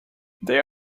there